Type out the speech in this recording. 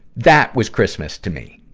that was christmas to me!